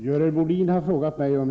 Herr talman!